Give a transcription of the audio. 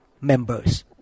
members